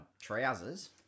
trousers